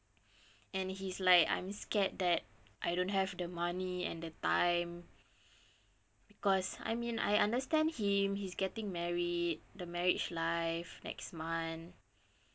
and he's like I'm scared that I don't have the money and the time because I mean I understand him he's getting married the marriage life next month